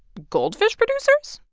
gold fish producers?